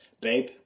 Babe